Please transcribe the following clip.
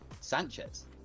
Sanchez